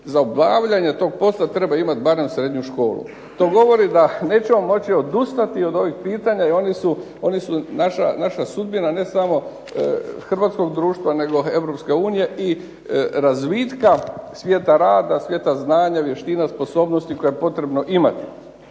za obavljanje tog posla treba imati barem srednju školu. To govori da nećemo moći odustati od ovih pitanja i oni su naša sudbina. Ne samo hrvatskog društva nego Europske unije i razvitka svijeta rada, svijeta znanja, vještina, sposobnosti koje je potrebno imati.